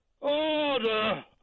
Order